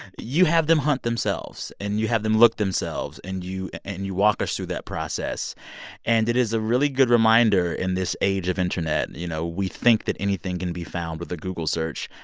you have them hunt themselves. and you have them look themselves, and and you walk us through that process and it is a really good reminder in this age of internet, you know, we think that anything can be found with a google search.